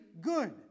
good